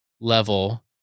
level